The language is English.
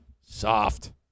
Soft